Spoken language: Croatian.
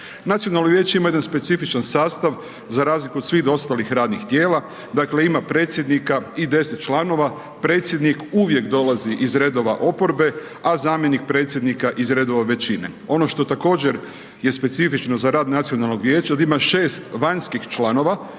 Nacionalno vijeće ima jedan specifičan sastav za razliku od svih ostalih radnih tijela, dakle ima predsjednika i 10 članova, predsjednik uvijek dolazi iz redova oporbe a zamjenik predsjednika iz redova većine. Ono što također je specifično za rad Nacionalnog vijeća je da ima 6 vanjskih članova